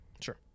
Sure